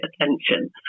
attention